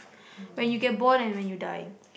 when you get born and when you die